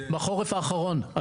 בחורף האחרון.